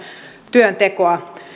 työntekoa